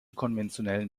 konventionellen